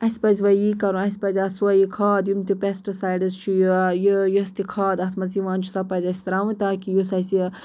اَسہِ پَزِ وۄنۍ یی کَرُن اَسہِ پَزِ اَتھ سۄے یہِ کھاد یِم تہِ پیٚسٹٕسایڈٕز چھِ یا یہِ یۄس تہِ کھاد اَتھ منٛز یِوان چھِ سۄ پَزِ اَسہِ ترٛاوٕنۍ تاکہِ یُس اَسہِ یہِ